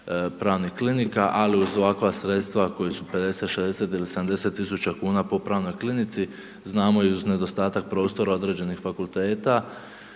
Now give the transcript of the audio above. pravnih klinika ali uz ovakva sredstva koji su 50, 60 ili 70 tisuća kuna po pravnoj klinici znamo i uz nedostatak prostora određenih fakulteta